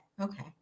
Okay